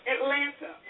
Atlanta